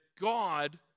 God